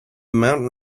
mountain